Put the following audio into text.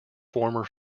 former